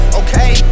okay